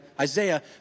Isaiah